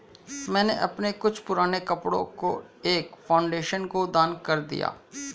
मैंने अपने कुछ पुराने कपड़ो को एक फाउंडेशन को दान कर दिया